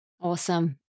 Awesome